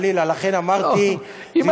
לכן אמרתי, חס וחלילה.